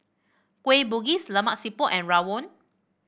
Kueh Bugis Lemak Siput and rawon